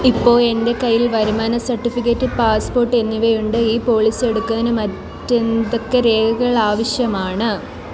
ഇപ്പോൾ എൻ്റെ കയ്യിൽ വരുമാന സർട്ടിഫിക്കറ്റ് പാസ്പോർട്ട് എന്നിവയുണ്ട് ഈ പോളിസി എടുക്കാൻ മറ്റെന്തൊക്കെ രേഖകൾ ആവശ്യമാണ്